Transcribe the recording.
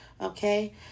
okay